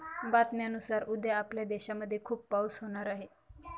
बातम्यांनुसार उद्या आपल्या देशामध्ये खूप पाऊस होणार आहे